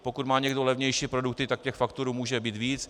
Pokud má někdo levnější produkty, tak těch faktur může být víc.